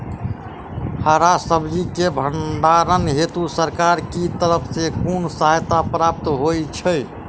हरा सब्जी केँ भण्डारण हेतु सरकार की तरफ सँ कुन सहायता प्राप्त होइ छै?